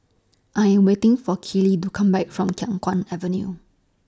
I Am waiting For Keeley to Come Back from Khiang Guan Avenue